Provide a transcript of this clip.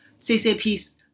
CCP's